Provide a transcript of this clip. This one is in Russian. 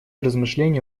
размышления